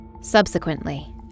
Subsequently